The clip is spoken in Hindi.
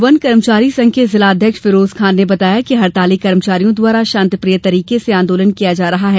वन कर्मचारी संघ के जिलाध्यक्ष फिरोज खान ने बताया कि हड़ताली कर्मचारियो द्वारा शांतिप्रिय तरीके से आंदोलन किया जा रहा है